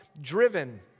driven